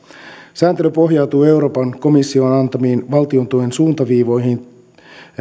sääntely pohjautuu euroopan komission antamiin valtiontuen suuntaviivoihin